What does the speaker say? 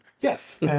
Yes